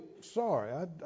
sorry